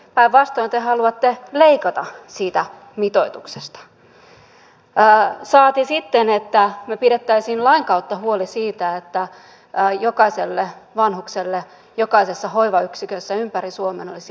päinvastoin te haluatte leikata siitä mitoituksesta saati sitten että me pitäisimme lain kautta huolen siitä että jokaiselle vanhukselle jokaisessa hoivayksikössä ympäri suomen olisi riittävästi hoitajia